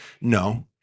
No